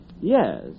Yes